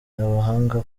abahanga